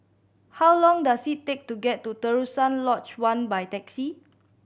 how long does it take to get to Terusan Lodge One by taxi